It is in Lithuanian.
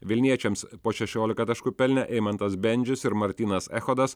vilniečiams po šešiolika taškų pelnė eimantas bendžius ir martynas echodas